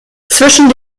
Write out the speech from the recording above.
zwischen